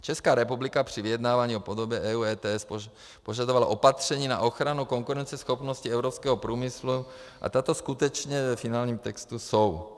Česká republika při vyjednávání o podobě EU ETS požadovala opatření na ochranu konkurenceschopnosti evropského průmyslu a tato skutečně ve finálním textu jsou.